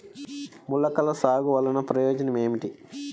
మొలకల సాగు వలన ప్రయోజనం ఏమిటీ?